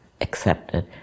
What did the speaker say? accepted